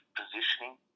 positioning